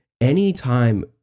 Anytime